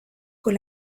con